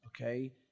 Okay